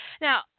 Now